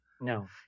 No